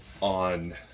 on